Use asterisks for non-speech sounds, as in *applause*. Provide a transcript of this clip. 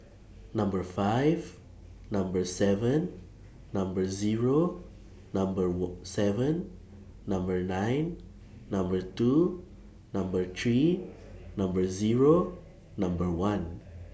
Number five Number seven Number Zero Number *unintelligible* seven Number nine Number two Number three Number Zero Number one